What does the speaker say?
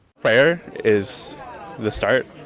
prayer is the start,